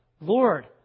Lord